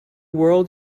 world